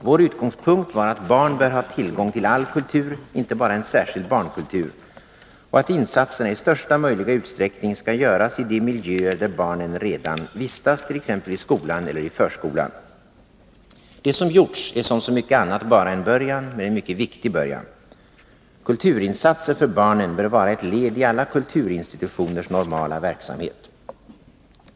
Vår utgångspunkt var att barn bör ha tillgång till all kultur, inte bara en särskild barnkultur, och att insatserna i största möjliga utsträckning skall göras i de miljöer där barnen redan vistas, t.ex. i skolan eller förskolan. Det som gjorts är som så mycket annat bara en början, men en mycket viktig början. Kulturinsatser för barnen bör vara ett led i alla kulturinstitutioners normala verksamhet.